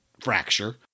fracture